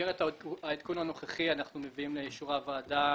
במסגרת העדכון הנוכחי אנחנו מביאים לאישור הוועדה